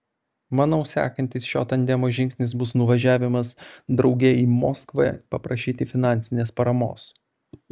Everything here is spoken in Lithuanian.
manau sekantis šio tandemo žingsnis bus nuvažiavimas drauge į moskvą paprašyti finansinės paramos